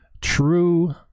True